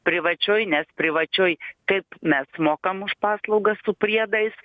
privačioj nes privačioj kaip mes mokam už paslaugas su priedais